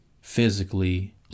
physically